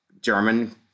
German